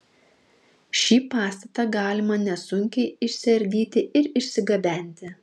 šį pastatą galima nesunkiai išsiardyti ir išsigabenti